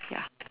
ya